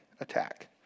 attack